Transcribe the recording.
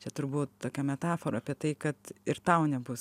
čia turbūt tokia metafora apie tai kad ir tau nebus